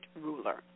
ruler